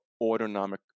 autonomic